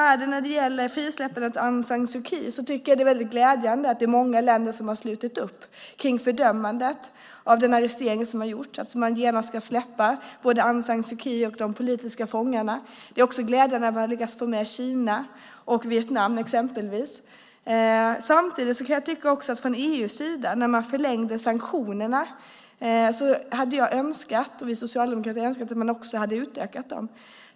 När det gäller svaret och frisläppandet av Aung San Suu Kyi tycker jag att det är väldigt glädjande att många länder har slutit upp bakom fördömandet av den arrestering som gjorts och bakom kravet på att genast släppa både Aung San Suu Kyi och de politiska fångarna. Det är också glädjande att man har lyckats få med exempelvis Kina och Vietnam. Men samtidigt hade vi socialdemokrater önskat att EU när sanktionerna förlängdes också hade utökat dessa.